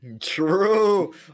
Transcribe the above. True